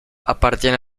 appartiene